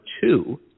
two